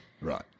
Right